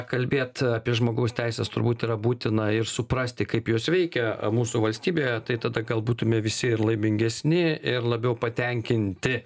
kalbėt apie žmogaus teises turbūt yra būtina ir suprasti kaip jos veikia mūsų valstybėje tai tada gal būtume visi ir laimingesni ir labiau patenkinti